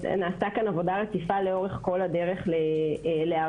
נעשתה כאן עבודה רציפה לאורך כל הדרך להיערכות